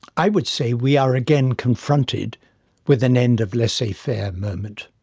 i would say we are again confronted with an end of laissez-faire moment.